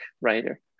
writer